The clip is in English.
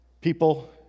people